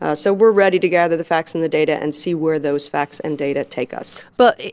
ah so we're ready to gather the facts and the data and see where those facts and data take us but,